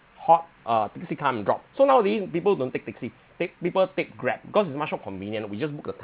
hot uh taxi come and drop so nowadays people don't take taxi take people take grab cause it's much more convenient we just book a